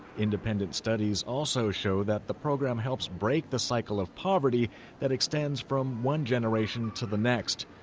independent studies also show that the program helps break the cycle of poverty that extends from one generation to the next.